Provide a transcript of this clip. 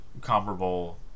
comparable